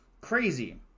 Crazy